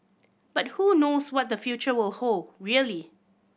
but who knows what the future will hold really